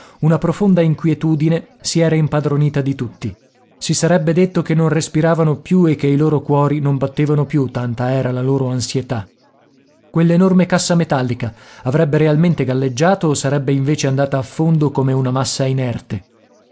una profonda inquietudine si era impadronita di tutti si sarebbe detto che non respiravano più e che i loro cuori non battevano più tanta era la loro ansietà quell'enorme cassa metallica avrebbe realmente galleggiato o sarebbe invece andata a fondo come una massa inerte